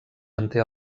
manté